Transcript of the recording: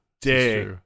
day